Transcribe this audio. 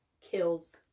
kills